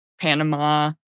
Panama